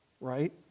right